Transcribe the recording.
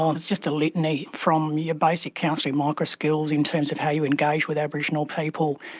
um just a litany. from your basic counselling micro-skills in terms of how you engage with aboriginal people,